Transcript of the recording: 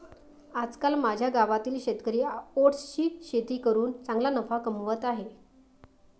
आजकाल माझ्या गावातील शेतकरी ओट्सची शेती करून चांगला नफा कमावत आहेत